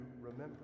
remember